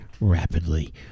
rapidly